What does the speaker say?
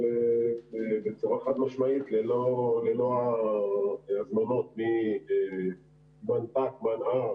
אבל בצורה חד-משמעית: ללא הזמנות ממנת"ק-מנה"ר